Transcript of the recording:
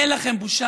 אין לכם בושה?